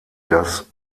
das